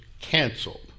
canceled